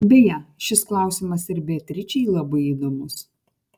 beje šis klausimas ir beatričei labai įdomus